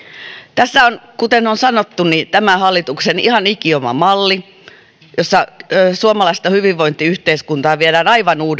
tässä on kuten on sanottu tämän hallituksen ihan ikioma malli jossa suomalaista hyvinvointiyhteiskuntaa viedään aivan uudenlaiseen suuntaan